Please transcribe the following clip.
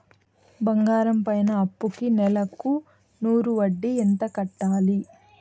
బంగారం పైన అప్పుకి నెలకు నూరు వడ్డీ ఎంత కట్టాలి?